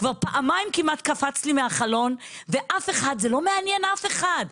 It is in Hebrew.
כבר פעמיים כמעט קפץ מהחלון וזה לא מעניין אף אחד.